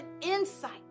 insight